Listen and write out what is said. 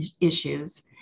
issues